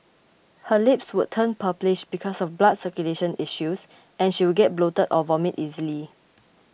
her lips would turn purplish because of blood circulation issues and she would get bloated or vomit easily